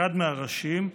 אחד מהראשים,